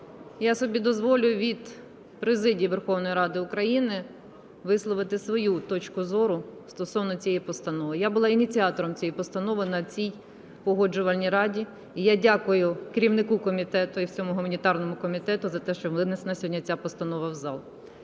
я собі дозволю від президії Верховної Ради України висловити свою точку зору стосовно цієї постанови. Я була ініціатором цієї постанови на цій Погоджувальній раді, і я дякую керівнику комітету і всьому гуманітарному комітету за те, що винесена сьогодні ця постанова в зал.